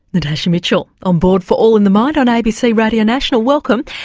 natasha mitchell on board for all in the mind on abc radio national, welcome.